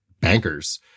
bankers